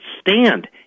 stand